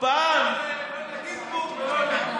אל תטיפו לנו ולא לאיתן גינזבורג,